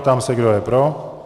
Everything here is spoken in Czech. Ptám se, kdo je pro.